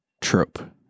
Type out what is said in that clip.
trope